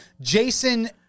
Jason